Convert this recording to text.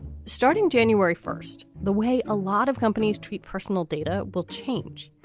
starting january first, the way a lot of companies treat personal data will change.